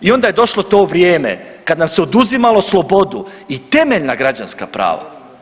I onda je došlo to vrijeme kada nam se oduzimalo slobodu i temeljna građanska prava.